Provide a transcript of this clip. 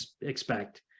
expect